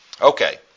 Okay